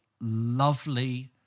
lovely